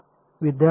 विद्यार्थी हो